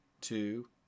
two